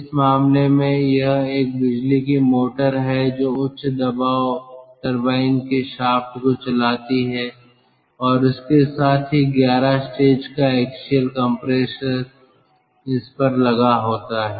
इस मामले में यह एक बिजली की मोटर है जो उच्च दाब टरबाइन के शाफ़्ट को चलाती है और इसके साथ ही 11 स्टेज का एक्सियल कंप्रेसर इस पर लगा होता है